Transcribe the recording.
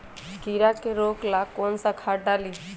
कीड़ा के रोक ला कौन सा खाद्य डाली?